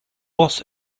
was